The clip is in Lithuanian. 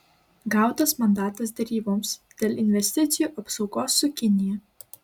gautas mandatas deryboms dėl investicijų apsaugos su kinija